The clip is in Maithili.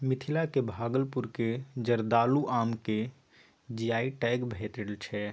मिथिलाक भागलपुर केर जर्दालु आम केँ जी.आई टैग भेटल छै